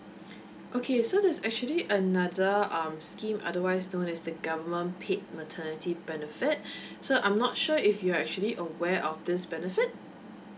okay so there's actually another um scheme otherwise known as the government paid maternity benefit so I'm not sure if you're actually aware of this benefit